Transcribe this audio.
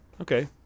Okay